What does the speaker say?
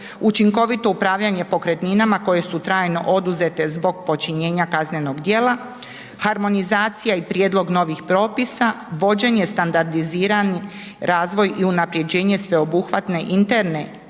učinkovito upravljanje pokretninama koje su trajno oduzete zbog počinjenja kaznenog djela, harmonizacija i prijedlog novih propisa, vođenje, standardizirani razvoj i unaprjeđenje sveobuhvatne interne